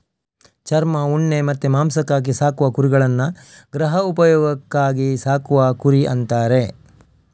ಚರ್ಮ, ಉಣ್ಣೆ ಮತ್ತೆ ಮಾಂಸಕ್ಕಾಗಿ ಸಾಕುವ ಕುರಿಗಳನ್ನ ಗೃಹ ಉಪಯೋಗಕ್ಕಾಗಿ ಸಾಕುವ ಕುರಿ ಅಂತಾರೆ